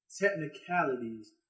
technicalities